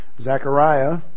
Zechariah